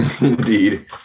Indeed